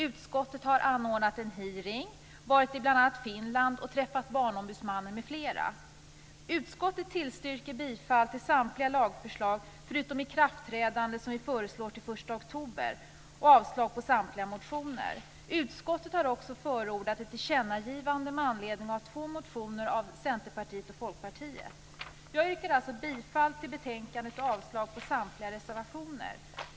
Utskottet har anordnat en hearing, varit i bl.a. Finland och träffat Barnombudsmannen m.fl. Utskottet tillstyrker bifall till samtliga lagförslag förutom det som gäller ikraftträdandet, som vi föreslår till den 1 oktober, och avslår samtliga motioner. Utskottet har också förordat ett tillkännagivande med anledning av två motioner av Centerpartiet och Folkpartiet. Jag yrkar alltså bifall till hemställan i betänkandet och avslag på samtliga reservationer.